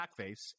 blackface